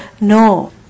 No